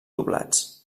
doblats